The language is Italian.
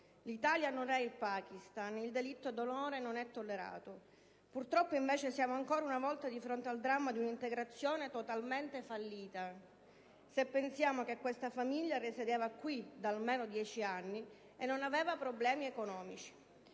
L'Italia non è il Pakistan. Il delitto d'onore non è tollerato. Purtroppo, invece, siamo ancora una volta di fronte al dramma di una integrazione totalmente fallita, se pensiamo che questa famiglia risiedeva qui da almeno dieci anni e non aveva problemi economici.